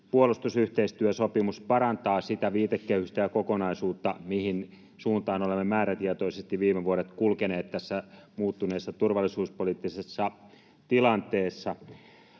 Puolustusyhteistyösopimus parantaa sitä viitekehystä ja kokonaisuutta, mihin suuntaan olemme määrätietoisesti viime vuodet kulkeneet tässä muuttuneessa turvallisuuspoliittisessa tilanteessa.